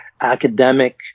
academic